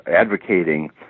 advocating